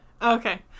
Okay